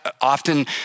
often